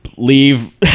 Leave